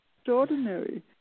extraordinary